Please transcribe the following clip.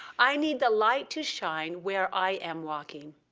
i need the light to shine where i am walking.